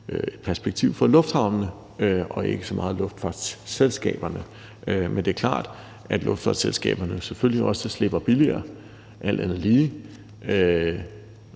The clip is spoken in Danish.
et perspektiv fra lufthavnene og ikke så meget luftfartsselskaberne. Men det er klart, at luftfartsselskaberne alt andet lige selvfølgelig også slipper billigere, og der er